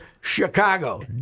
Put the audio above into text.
Chicago